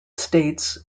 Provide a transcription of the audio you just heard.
states